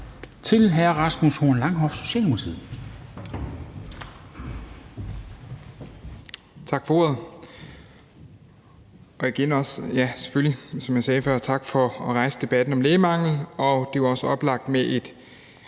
til hr. Rasmus Horn Langhoff, Socialdemokratiet.